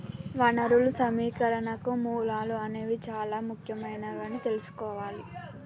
వనరులు సమీకరణకు మూలాలు అనేవి చానా ముఖ్యమైనవని తెల్సుకోవాలి